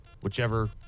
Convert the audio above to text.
whichever